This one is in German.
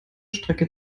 strecke